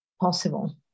possible